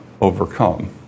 overcome